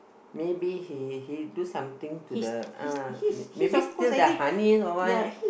maybe he he do something to the uh maybe steal the honey or what